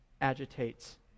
agitates